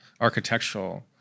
architectural